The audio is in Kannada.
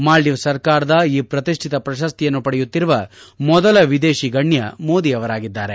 ಮಾಲ್ಡೀವ್ಸ್ ಸರ್ಕಾರದ ಈ ಪ್ರತಿಷ್ಠಿತ ಪ್ರಶಸ್ತಿಯನ್ನು ಪಡೆಯುತ್ತಿರುವ ಮೊದಲ ವಿದೇಶಿ ಗಣ್ಯ ಮೋದಿ ಅವರಾಗಿದ್ದಾರೆ